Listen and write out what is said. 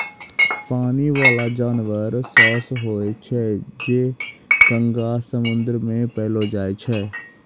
पानी बाला जानवर सोस होय छै जे गंगा, समुन्द्र मे पैलो जाय छै